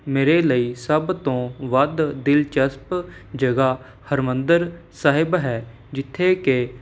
ਮੇਰੇ ਲਈ ਸਭ ਤੋਂ ਵੱਧ ਦਿਲਚਸਪ ਜਗ੍ਹਾ ਹਰਿਮੰਦਰ ਸਾਹਿਬ ਹੈ ਜਿੱਥੇ ਕਿ